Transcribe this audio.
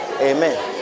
Amen